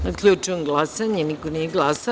Zaključujem glasanje: niko nije glasao.